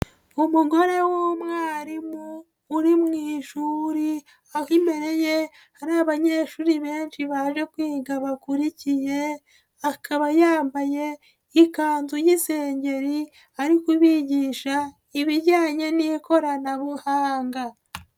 Umugore w'umwarimu uri mu ishuri, imbere ye hari abanyeshuri benshi baje kwiga bakurikiye, akaba yambaye ikanzu y'isengeri, ari kubigisha ibijyanye n'ikoranabuhanga.